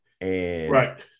Right